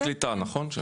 במחלקת קליטה, נכון?